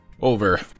over